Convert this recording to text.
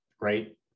great